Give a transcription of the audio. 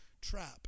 trap